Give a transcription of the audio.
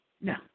No